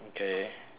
okay